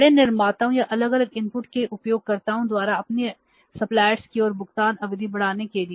बड़े निर्माताओं या अलग अलग इनपुट के उपयोगकर्ताओं द्वारा अपने आपूर्तिकर्ताओं की ओर भुगतान अवधि बढ़ाने के लिए